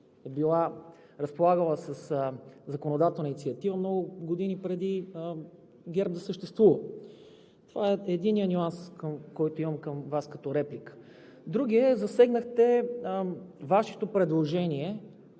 и е разполагала със законодателна инициатива много години преди ГЕРБ да съществува. Това е единият нюанс, който имам към Вас като реплика. Другият е, че засегнахте Вашето предложение